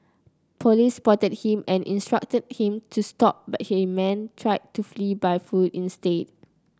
police spotted him and instructed him to stop but the man tried to flee by foot instead